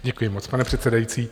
Děkuji moc, pane předsedající.